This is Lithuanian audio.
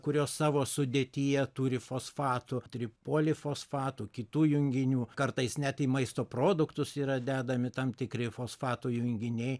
kurios savo sudėtyje turi fosfatų tripolifosfatų kitų junginių kartais net į maisto produktus yra dedami tam tikri fosfatų junginiai